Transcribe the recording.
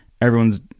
Everyone's